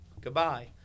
goodbye